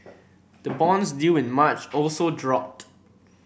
the bonds due in March also dropped